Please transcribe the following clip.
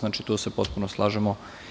Znači, tu se potpuno slažemo.